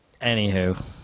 anywho